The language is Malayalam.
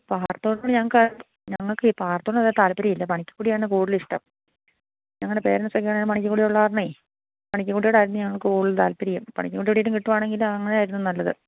പാറത്തോട് ഞങ്ങൾക്ക് ഞങ്ങൾക്ക് പാറത്തോട് താല്പര്യമില്ല പണിക്കൻകുടിയാണ് കൂടുതൽ ഇഷ്ടം ഞങ്ങളുടെ പാരൻറ്റ്സൊക്കെയാണേലും പണിക്കൻകുടിയിൽ ഉള്ളത് കാരണം പണിക്കൻകുടിയോട് ആയിരുന്നു ഞങ്ങൾക്ക് കൂടുതൽ താല്പര്യം പണിക്കൻകുടിയിൽ എവിടെയെങ്കിലും കിട്ടുകയാണെങ്കിൽ അങ്ങനെ ആയിരുന്നു നല്ലത്